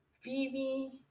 Phoebe